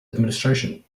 administration